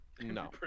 No